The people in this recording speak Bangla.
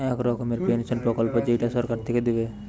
এক রকমের পেনসন প্রকল্প যেইটা সরকার থিকে দিবে